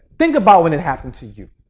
think about when it happened to you.